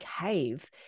cave